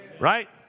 Right